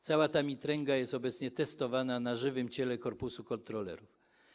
Cała ta mitręga jest obecnie testowana na żywym ciele korpusu kontrolerów.